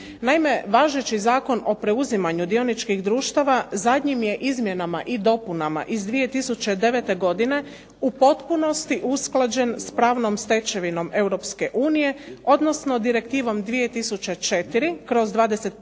Naime, važeći Zakon o preuzimanju dioničkih društava zadnjim je izmjenama i dopunama iz 2009. godine u potpunosti usklađen sa pravnom stečevinom Europske unije, odnosno Direktivom 2004/25/EZ